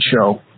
show